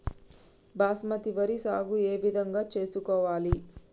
బాస్మతి వరి సాగు ఏ విధంగా చేసుకోవాలి?